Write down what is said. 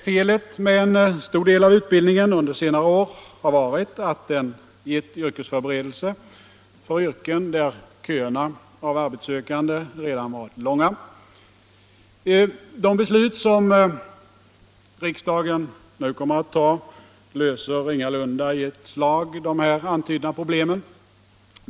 Felet med en stor del av utbildningen under senare år har varit att den gett yrkesförberedelse för yrken där köerna av arbetssökande redan varit långa. De beslut som riksdagen nu kommer att ta löser ingalunda i ett slag de här antydda problemen.